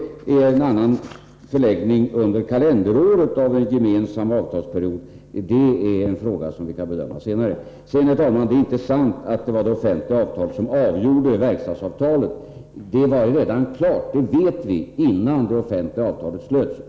Frågan om en annan förläggning under kalenderåret av en gemensam avtalsperiod kan vi bedöma senare. Det är, herr talman, inte sant att det var det offentliga avtalet som avgjorde verkstadsavtalet. Vi vet att verkstadsavtalet var klart redan innan det offentliga avtalet slöts.